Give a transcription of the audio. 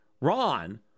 Ron